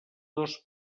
dos